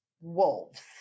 wolves